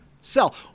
sell